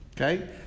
Okay